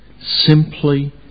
simply